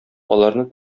аларны